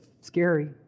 scary